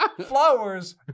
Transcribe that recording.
Flowers